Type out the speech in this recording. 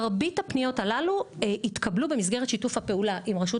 מרבית הפניות הללו התקבלו במסגרת שיתוף הפעולה עם רשות